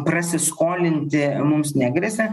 prasiskolinti mums negresia